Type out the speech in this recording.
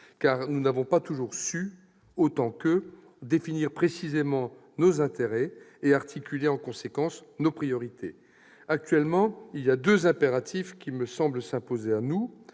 Car nous n'avons pas toujours su, autant qu'eux, définir précisément nos intérêts et articuler en conséquence nos priorités. Très bien ! Actuellement, deux impératifs me semblent s'imposer à nous